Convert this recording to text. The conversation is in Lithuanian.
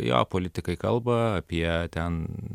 jo politikai kalba apie ten